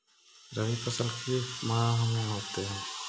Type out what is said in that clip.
रवि फसल किस माह में होते हैं?